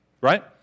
right